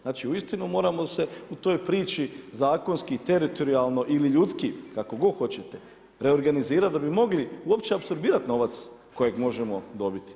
Znači uistinu moramo se u toj priči zakonski, teritorijalno ili ljudski kako god hoćete reorganizirati, da bi mogli uopće apsorbirati novac koji možemo dobiti.